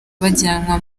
bajyanwa